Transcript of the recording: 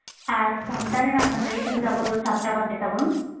ᱟᱨ ᱥᱟᱶᱛᱟ ᱨᱮᱱᱟᱜ ᱵᱟᱸᱫᱮ ᱞᱮᱠᱟᱛᱮᱫᱚ ᱟᱵᱚᱫᱚ ᱥᱟᱯᱴᱟ ᱵᱟᱸᱫᱮ ᱛᱟᱵᱚᱱ